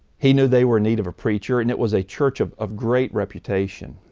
he knew they were need of a preacher and it was a church of of great reputation.